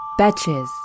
Betches